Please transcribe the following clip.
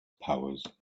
powers